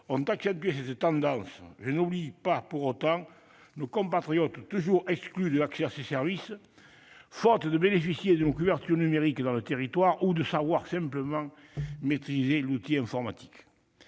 -ont accentué cette tendance. Je n'en oublie pas pour autant nos compatriotes toujours exclus de l'accès à ces services, faute de bénéficier d'une couverture numérique dans leur territoire, ou simplement de savoir maîtriser l'outil informatique.